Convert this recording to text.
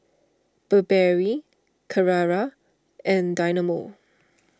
Burberry Carrera and Dynamo